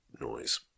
noise